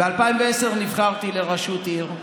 ב-2010 נבחרתי לראשות עיר,